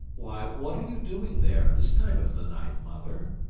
why, what are you doing there, this time of the night, mother?